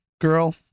girl